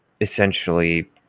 essentially